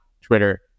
Twitter